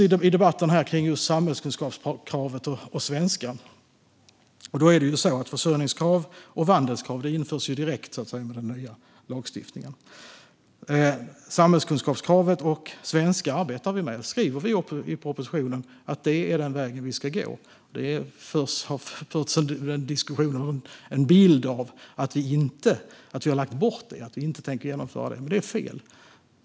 I debatten här har man lyft fram samhällskunskapskravet och kravet på kunskaper i svenska. Försörjningskrav och vandelskrav införs direkt i lagstiftningen. Samhällskunskapskravet och kravet på kunskaper i svenska arbetar vi med. Vi skriver i propositionen att det är den väg vi ska gå. Det har getts en bild av att vi har lagt bort det kravet och att vi inte tänker genomföra det, men det är fel.